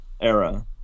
era